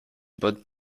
but